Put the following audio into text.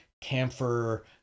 camphor